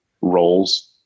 roles